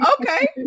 okay